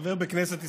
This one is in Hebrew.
חבר בכנסת ישראל.